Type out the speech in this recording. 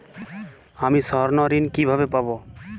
আমি স্বর্ণঋণ কিভাবে পাবো?